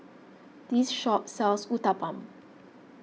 this shop sells Uthapam